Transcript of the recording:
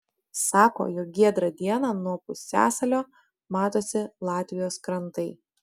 sako jog giedrą dieną nuo pusiasalio matosi latvijos krantai